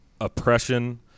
oppression